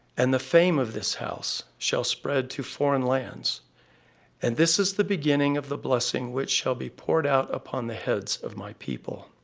and the fame of this house shall spread to foreign lands and this is the beginning of the blessing which shall be poured out upon the heads of my people.